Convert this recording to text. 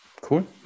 cool